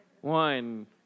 One